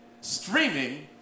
Streaming